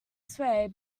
swayed